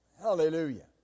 Hallelujah